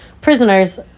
prisoners